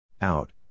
Out